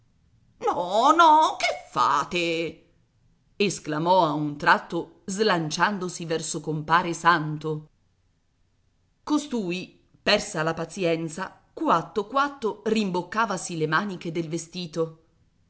no che fate esclamò a un tratto slanciandosi verso compare santo costui persa la pazienza quatto quatto rimboccavasi le maniche del vestito